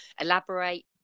elaborate